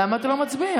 למה אתה לא מצביע?